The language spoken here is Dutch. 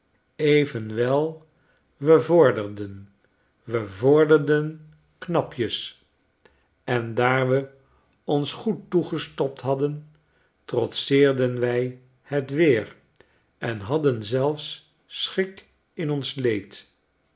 evenwel we vorderden we vorderden knapjes en daar we ons goed toegestopt hadden trotseerden wij het weer en haddenzelfs schik in ons leed